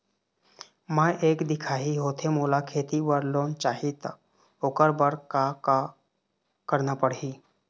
मैं एक दिखाही होथे मोला खेती बर लोन चाही त ओकर बर का का करना पड़ही?